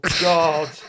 God